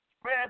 spread